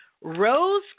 rose